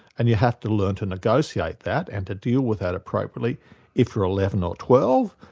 and you have to learn to negotiate that and to deal with that appropriately if you're eleven or twelve,